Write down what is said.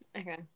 Okay